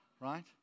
right